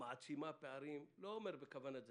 מעצימה פערים לא אומר בכוונת זדון,